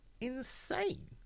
insane